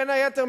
בין היתר,